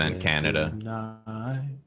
Canada